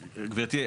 גברתי,